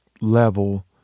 level